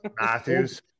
Matthews